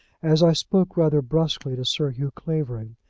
as i spoke rather brusquely to sir hugh clavering.